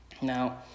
Now